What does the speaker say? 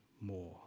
more